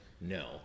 No